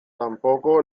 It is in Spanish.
tampoco